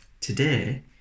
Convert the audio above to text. today